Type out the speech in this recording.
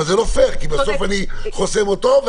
אבל זה לא פייר כי בסוף אני חוסם אותו,